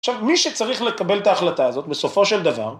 עכשיו, מי שצריך לקבל את ההחלטה הזאת, בסופו של דבר...